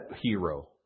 hero